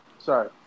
Sorry